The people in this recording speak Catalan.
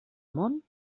món